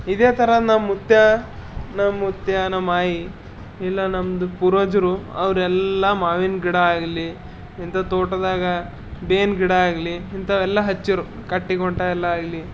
ಇದೇ ಥರ ನಮ್ಮ ಮುತ್ಯ ನಮ್ಮ ಮುತ್ಯ ನಮ್ಮ ಆಯಿ ಇಲ್ಲ ನಮ್ಮದು ಪೂರ್ವಜರು ಅವರು ಎಲ್ಲ ಮಾವಿನ ಗಿಡ ಆಗಲಿ ಇಂಥ ತೋಟದಾಗ ಬೇವಿಂದ್ ಗಿಡ ಆಗಲಿ ಇಂಥವೆಲ್ಲ ಹಚ್ಚೋರು ಕಟ್ಟಿಗೊಂಟೆಯೆಲ್ಲ ಆಗಲಿ